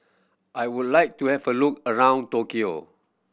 I would like to have a look around Tokyo